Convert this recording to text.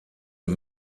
are